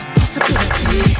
possibility